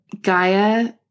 Gaia